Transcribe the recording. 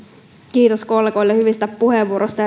kiitos kollegoille hyvistä puheenvuoroista